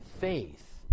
faith